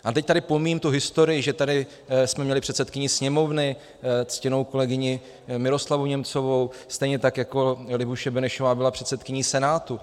A teď tady pomíjím tu historii, že jsme tady měli předsedkyni Sněmovny, ctěnou kolegyni Miroslavu Němcovou, stejně tak jako Libuše Benešová byla předsedkyní Senátu.